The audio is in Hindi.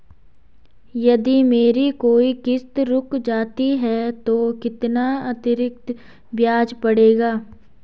यदि मेरी कोई किश्त रुक जाती है तो कितना अतरिक्त ब्याज पड़ेगा?